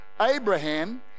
Abraham